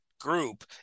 group